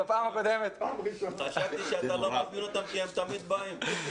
בפעם הקודמת --- חשבתי שאתה לא מזמין אותם כי הם תמיד באים.